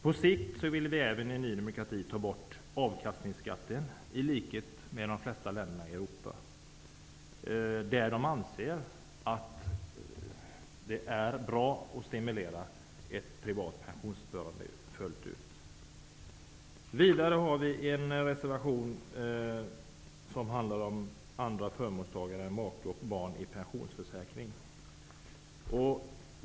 Vi i Ny demokrati vill även på sikt ta bort avkastningsskatten, i likhet med vad de flesta länderna i Europa har gjort. I dessa länder anser man att det är bra att stimulera ett privat pensionssparande. Vidare har vi avgett en reservation, som handlar om andra förmånstagare än make och barn i pensionsförsäkring.